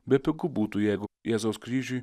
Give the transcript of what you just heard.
bepigu būtų jeigu jėzaus kryžiui